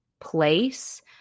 place